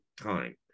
time